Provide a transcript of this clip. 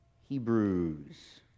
Hebrews